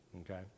Okay